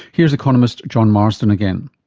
here is economist john marsden again.